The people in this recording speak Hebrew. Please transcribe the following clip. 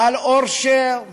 עמיר יודע שאני אוהב לשמוע אותו.